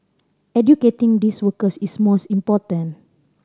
educating these workers is most important